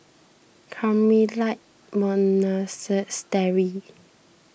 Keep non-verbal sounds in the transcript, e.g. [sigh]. Carmelite [unintelligible]